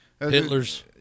hitlers